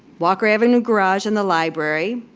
walker avenue garage and the library,